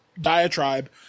diatribe